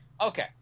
Okay